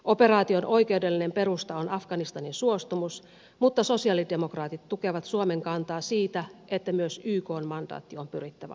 operaation oikeudellinen perusta on afganistanin suostumus mutta sosialidemokraatit tukevat suomen kantaa siitä että myös ykn mandaatti on pyrittävä hankkimaan